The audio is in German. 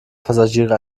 passagiere